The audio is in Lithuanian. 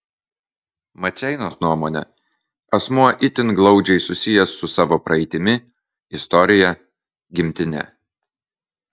maceinos nuomone asmuo itin glaudžiai susijęs su savo praeitimi istorija gimtine